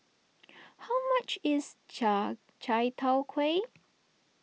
how much is Chai Tow Kuay